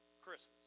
Christmas